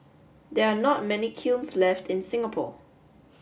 there are not many kilns left in Singapore